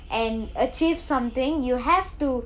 and achieve something you have to